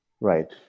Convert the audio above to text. Right